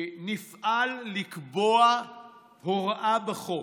שנפעל לקבוע הוראה בחוק